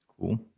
Cool